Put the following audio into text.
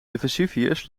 vesuvius